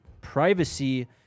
privacy